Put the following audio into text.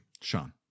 Sean